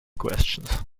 questions